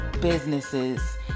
businesses